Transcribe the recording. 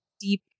deep